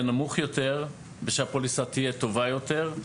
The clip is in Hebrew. נמוך יותר ושהפוליסה תהיה טובה יותר,